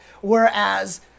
Whereas